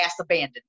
abandoned